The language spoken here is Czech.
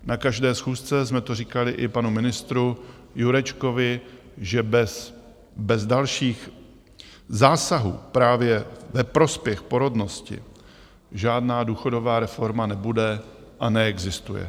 Na každé schůzce jsme to říkali i panu ministru Jurečkovi, že bez dalších zásahu právě ve prospěch porodnosti žádná důchodová reforma nebude a neexistuje.